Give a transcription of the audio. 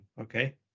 okay